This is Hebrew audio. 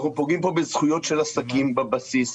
אנחנו פוגעים פה בזכויות של עסקים בבסיס,